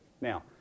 Now